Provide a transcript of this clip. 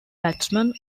batsman